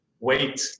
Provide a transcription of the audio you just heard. Wait